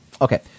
Okay